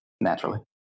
Naturally